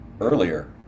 earlier